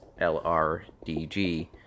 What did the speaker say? LRDG